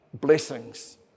blessings